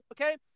okay